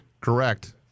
Correct